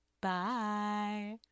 Bye